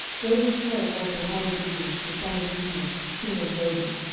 david smote also hadadezer, the son of rehob, king of zobah,